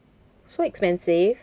so expensive